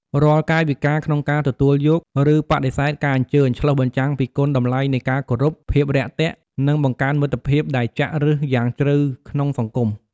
រាល់កាយវិការក្នុងការទទួលយក ឬបដិសេធការអញ្ជើញ ឆ្លុះបញ្ចាំងពីគុណតម្លៃនៃការគោរព ភាពរាក់ទាក់ និងបង្កើនមិត្តភាពដែលចាក់ឫសយ៉ាងជ្រៅក្នុងសង្គម។